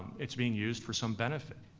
it's being used for some benefit.